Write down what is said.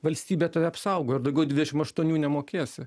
valstybė tave apsaugo ir daugiau dvidešim aštuonių nemokėsi